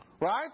Right